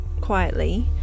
quietly